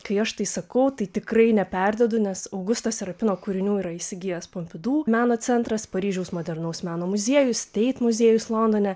kai aš tai sakau tai tikrai neperdedu nes augusto serapino kūrinių yra įsigijęs pompidu meno centras paryžiaus modernaus meno muziejus steit muziejus londone